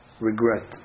regret